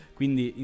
Quindi